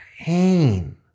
pain